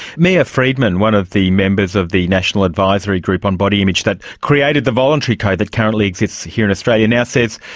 mia freedman, one of the members of the national advisory group on body image that created the voluntary code that currently exists here in australia, now says,